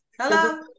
Hello